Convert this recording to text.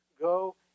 Go